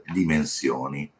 dimensioni